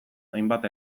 hainbat